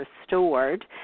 Restored